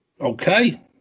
Okay